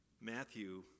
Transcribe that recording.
Matthew